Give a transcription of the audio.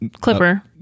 clipper